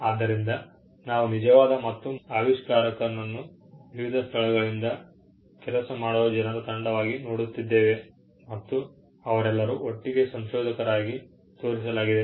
ಆದ್ದರಿಂದ ನಾವು ನಿಜವಾದ ಮತ್ತು ಮೊದಲ ಆವಿಷ್ಕಾರಕನನ್ನು ವಿವಿಧ ಸ್ಥಳಗಳಿಂದ ಕೆಲಸ ಮಾಡುವ ಜನರ ತಂಡವಾಗಿ ನೋಡುತ್ತಿದ್ದೇವೆ ಮತ್ತು ಅವರೆಲ್ಲರನ್ನೂ ಒಟ್ಟಿಗೆ ಸಂಶೋಧಕರಾಗಿ ತೋರಿಸಲಾಗಿದೆ